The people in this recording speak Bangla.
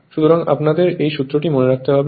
সুতরাং আপনাদের এই সূত্রটি মনে রাখতে হবে